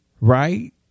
Right